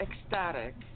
ecstatic